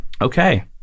Okay